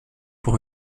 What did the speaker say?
pour